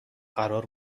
قرار